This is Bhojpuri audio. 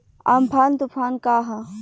अमफान तुफान का ह?